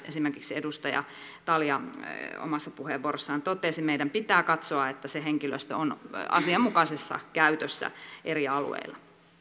esimerkiksi edustaja talja omassa puheenvuorossaan totesi meidän pitää katsoa että se henkilöstö on asianmukaisessa käytössä eri alueilla